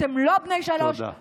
אתם לא בני שלוש, תודה.